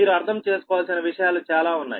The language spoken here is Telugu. మీరు అర్థం చేసుకోవాల్సిన విషయాలు చాలా ఉన్నాయి